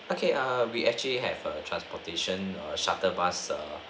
okay uh we actually have a transportation err shuttle bus ah